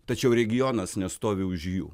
tačiau regionas nestovi už jų